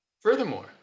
Furthermore